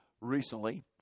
recently